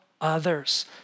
others